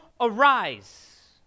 arise